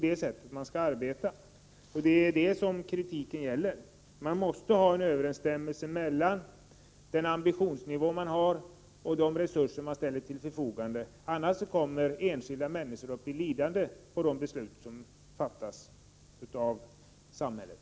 Det är det som kritiken gäller. Det måste finnas en överensstämmelse mellan ambitionsnivån och de resurser man ställer till förfogande. Annars kommer enskilda människor att bli lidande till följd av de beslut som fattas av samhället.